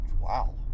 Wow